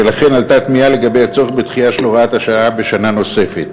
ולכן עלתה תמיהה לגבי הצורך בדחייתה של הוראת השעה בשנה נוספת.